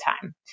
time